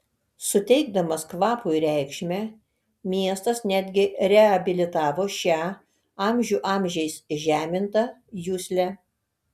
suteikdamas kvapui reikšmę miestas netgi reabilitavo šią amžių amžiais žemintą juslę